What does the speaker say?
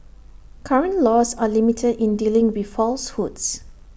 current laws are limited in dealing with falsehoods